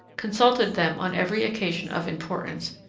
consulted them on every occasion of importance,